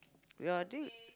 wait I think